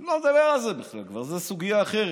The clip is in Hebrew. אני כבר לא מדבר על זה בכלל, זאת סוגיה אחרת.